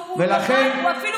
הוא אפילו פחות.